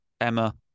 Emma